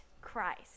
Christ